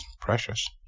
precious